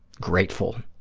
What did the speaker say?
grateful